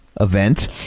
Event